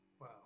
Wow